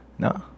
No